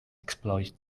exploit